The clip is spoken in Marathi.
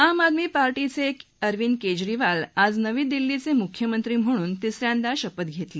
आम आदमी पार्टीचे अरविंद केजरीवाल यांनी आज नवी दिल्लीचे मुख्यमंत्री म्हणून तिसऱ्यांदा शपथ घेतली